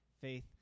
faith